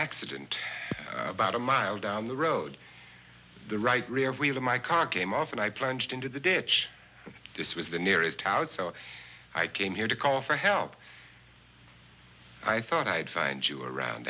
accident about a mile down the road the right rear wheel of my car came up and i plunged into the ditch this was the nearest house so i came here to call for help i thought i'd find you around